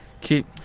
Keep